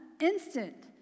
instant